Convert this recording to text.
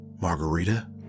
Margarita